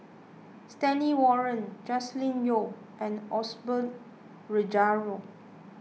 Stanley Warren Joscelin Yeo and Osbert Rozario